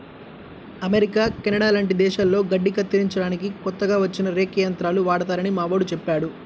America, Canada లాంటి దేశాల్లో గడ్డి కత్తిరించడానికి కొత్తగా వచ్చిన రేక్ యంత్రాలు వాడతారని మావోడు చెప్పాడు